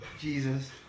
Jesus